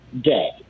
Day